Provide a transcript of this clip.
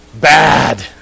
bad